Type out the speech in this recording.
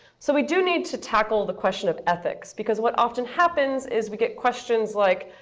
so we do need to tackle the question of ethics. because what often happens is we get questions like,